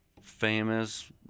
famous